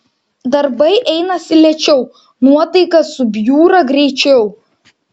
darbai einasi lėčiau nuotaika subjūra greičiau